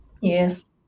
yes